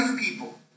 people